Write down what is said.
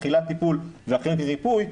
תחילת טיפול ואחרי כן ריפוי,